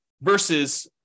versus –